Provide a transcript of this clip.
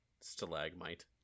stalagmite